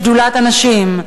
שדולת הנשים,